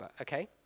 okay